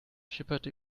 schipperte